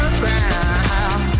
ground